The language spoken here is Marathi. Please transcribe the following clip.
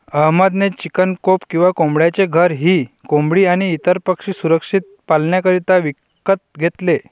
अहमद ने चिकन कोप किंवा कोंबड्यांचे घर ही कोंबडी आणी इतर पक्षी सुरक्षित पाल्ण्याकरिता विकत घेतले